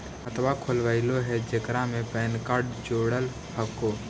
खातवा खोलवैलहो हे जेकरा मे पैन कार्ड जोड़ल हको?